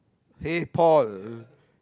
hey Paul